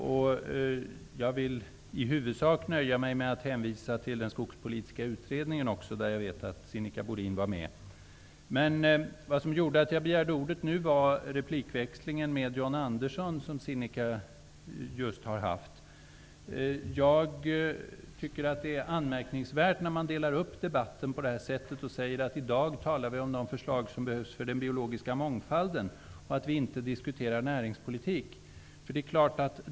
Jag vill i huvudsak nöja mig med att hänvisa till den skogspolitiska utredningen, i vilken Sinikka Bohlin var med. Det som föranledde mig att nu begära ordet var den replikväxling som Sinikka Bohlin just har haft med John Andersson. Jag tycker att det är anmärkningsvärt att man delar upp debatten så, att vi i dag skall diskutera de förslag som behövs för bevarande av den biologiska mångfalden men däremot inte skall diskutera näringspolitik.